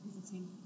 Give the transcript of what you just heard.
visiting